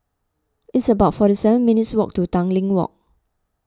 it's about forty seven minutes' walk to Tanglin Walk